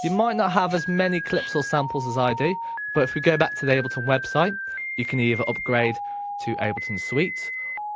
you might not have as many clips or samples as i do but if we go back to the ableton website you can either upgrade to ableton suite